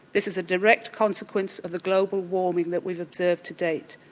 this is a direct consequence of the global warming that we've observed to date,